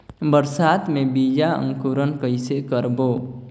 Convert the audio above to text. बरसात मे बीजा अंकुरण कइसे करबो?